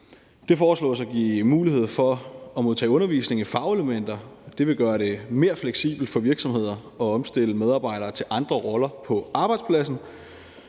Det foreslås at give mulighed for at modtage undervisning i fagelementer, og det vil gøre det mere fleksibelt for virksomheder at omstille medarbejdere til andre roller på arbejdspladsen.